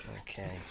Okay